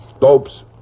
Dopes